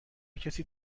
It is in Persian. کسی